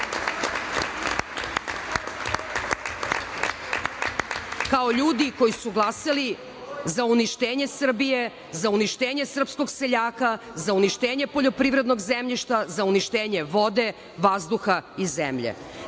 kao ljudi koji su glasali za uništenje Srbije, za uništenje srpskog seljaka, za uništenje poljoprivrednog zemljišta, za uništenje, vode, vazduha i zemlje. Takođe,